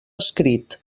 escrit